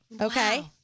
Okay